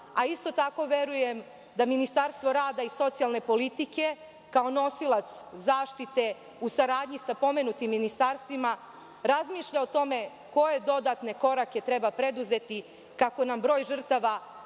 a isto tako verujem da Ministarstvo rada i socijalne politike kao nosilac zaštite u saradnji sa pomenutim ministarstvima razmišlja o tome koje dodatne korake treba preduzeti kako nam broj žrtava